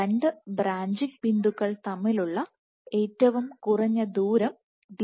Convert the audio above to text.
രണ്ട് ബ്രാഞ്ചിംഗ് ബിന്ദുക്കൾ തമ്മിലുള്ള ഏറ്റവും കുറഞ്ഞ ദൂരം Dbr ആണ്